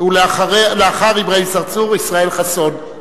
לאחר אברהים צרצור, ישראל חסון.